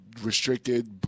restricted